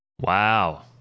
Wow